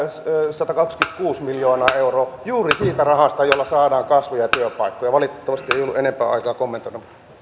satakaksikymmentäkuusi miljoonaa euroa juuri siitä rahasta jolla saadaan kasvua ja työpaikkoja valitettavasti ei ollut enempää aikaa kommentoida